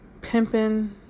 Pimping